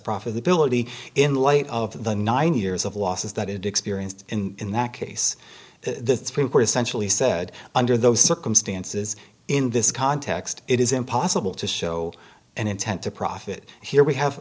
profitability in light of the nine years of losses that it experienced in that case the supreme court essentially said under those circumstances in this context it is impossible to show an intent to profit here we have